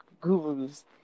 gurus